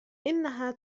إنها